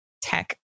tech